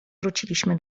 wróciliśmy